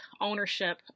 ownership